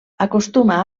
acostuma